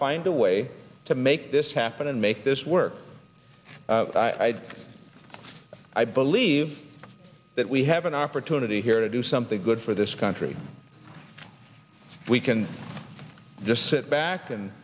find a way to make this happen and make this work i believe that we have an opportunity here to do something good for this country we can just sit back and